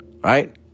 right